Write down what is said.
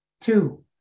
Two